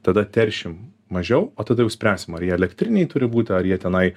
tada teršim mažiau o tada jau spręsim ar jie elektriniai turi būti ar jie tenai